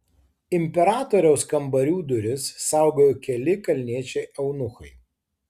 imperatoriaus kambarių duris saugojo keli kalniečiai eunuchai